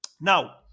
Now